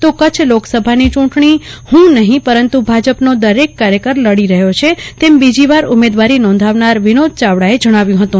તો કરછ લોકસભાની ચૂંટણી હું નહિ પરંતુ ભાજપ નો દરેક કાર્યકર લડી રહ્યો છે તેમ બીજી વાર ઉમેદવારી નોધાવનાર વિનોદ ચાવડાએ જાણાવ્યું ફતું